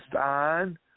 on